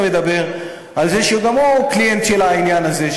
מדבר על זה שגם הוא קליינט של העניין הזה,